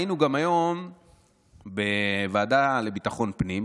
היינו גם היום בוועדה לביטחון פנים,